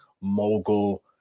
Mogul